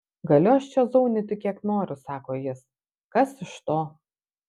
galiu aš čia zaunyti kiek noriu sako jis kas iš to